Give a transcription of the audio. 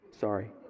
Sorry